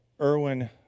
Erwin